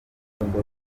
akenshi